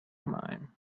mine